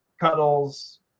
cuddles